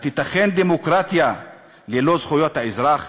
התיתכן דמוקרטיה ללא זכויות האזרח?